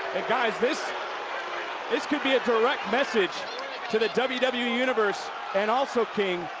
guys, this this could be a direct message to the wwe wwe universe and also, king,